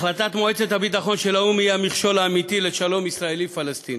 החלטת מועצת הביטחון של האו"ם היא המכשול האמיתי לשלום ישראלי-פלסטיני.